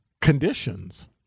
conditions